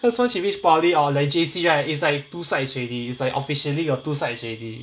cause once you reach poly or like J_C it's like two sides already it's like officially your two sides already